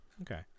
Okay